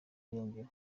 irengero